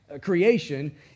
creation